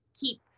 keep